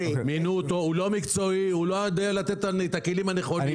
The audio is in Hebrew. הוא לא מקצועי, הוא לא יודע לתת את הכלים הנכונים.